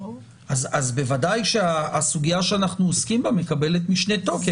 אז בוודאי שהסוגיה שאנחנו עוסקים בה מקבלת משנה תוקף.